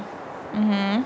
mmhmm